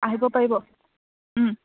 আহিব পাৰিব